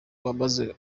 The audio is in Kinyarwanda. umaze